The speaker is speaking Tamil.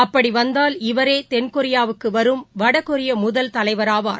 அப்படிவந்தால் இவரேதென்கொரியாவுக்குவரும் வடகொரியமுதல் தலைவராவார்